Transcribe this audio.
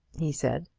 he said.